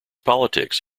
politics